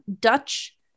Dutch